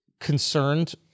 concerned